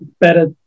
better